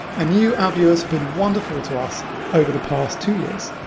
and you, our viewers, have been wonderful to us over the past two years.